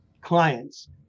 clients